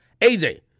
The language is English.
AJ